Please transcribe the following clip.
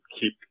keep